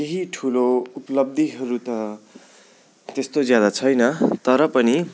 केही ठुलो उपलब्धिहरू त त्यस्तो ज्यादा छैन तर पनि